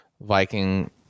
Viking